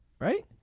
Right